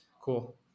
Cool